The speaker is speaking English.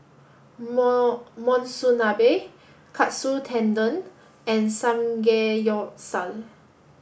Monsunabe Katsu Tendon and Samgeyopsal